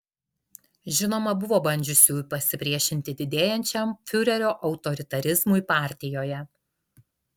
žinoma buvo bandžiusiųjų pasipriešinti didėjančiam fiurerio autoritarizmui partijoje